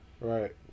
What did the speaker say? right